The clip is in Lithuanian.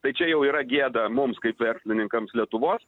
tai čia jau yra gėda mums kaip verslininkams lietuvos